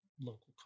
local